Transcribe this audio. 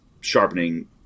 Sharpening